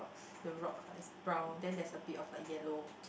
the rocks ah it's brown then there's a bit of like yellow